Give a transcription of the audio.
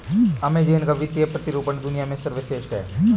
Amazon का वित्तीय प्रतिरूपण दुनिया में सर्वश्रेष्ठ है